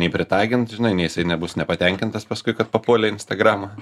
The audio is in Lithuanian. nei pritagint žinai nei jisai nebus nepatenkintas paskui kad papuolė į instagramą